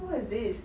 what is this